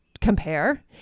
compare